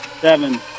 Seven